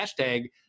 Hashtag